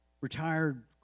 retired